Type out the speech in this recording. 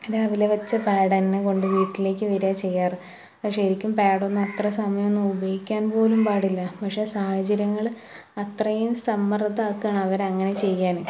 രാവിലെ വെച്ച പാഡു തന്നെ കൊണ്ട് വീട്ടിലേക്ക് വരാ ചെയ്യാറ് അപ്പോൾ ശരിക്കും പാഡൊന്നും അത്ര സമയൊന്നും ഉപയോഗിക്കാന് പോലും പാടില്ല പക്ഷെ സാഹചര്യങ്ങൾ അത്രയും സമ്മര്ദ്ദമാക്കുകയാണ് അവരെയങ്ങനെ ചെയ്യാൻ